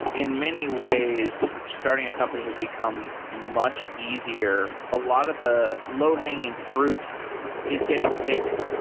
in many ways, starting a company has become much easier. a lot of the low-hanging fruit is getting picked,